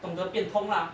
懂得变通 lah